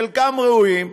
חלקם ראויים,